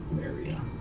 area